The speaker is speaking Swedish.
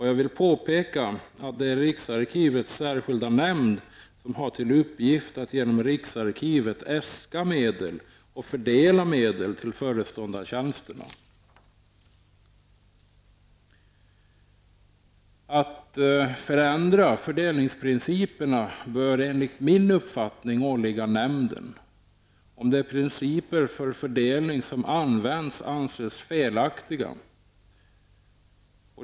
Jag vill påpeka att det är riksarkivets särskilda nämnd som har till uppgift att genom riksarkivet äska och fördela medel till föreståndartjänsterna. Att förändra fördelningsprinciperna bör enligt min uppfattning åligga nämnden, om de principer för fördelning som används anses felaktiga.